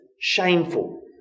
shameful